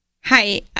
Hi